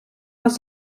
вас